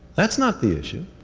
that's not the issue.